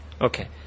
Okay